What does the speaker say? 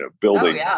building